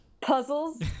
puzzles